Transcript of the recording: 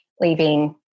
leaving